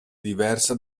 diversa